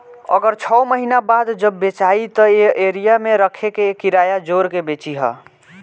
अगर छौ महीना बाद जब बेचायी त ए एरिया मे रखे के किराया जोड़ के बेची ह